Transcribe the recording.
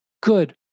Good